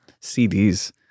CDs